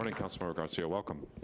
and councillor garcia, welcome.